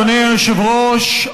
אדוני היושב-ראש.